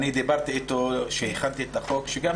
דיברתי איתו כשהכנתי את הצעת החוק שלי וחשוב שגם